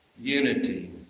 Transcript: unity